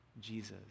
Jesus